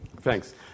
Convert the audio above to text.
thanks